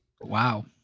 Wow